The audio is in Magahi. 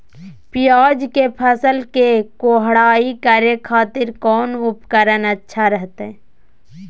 प्याज के फसल के कोढ़ाई करे खातिर कौन उपकरण अच्छा रहतय?